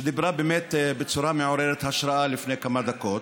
שדיברה באמת בצורה מעוררת השראה לפני כמה דקות,